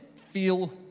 feel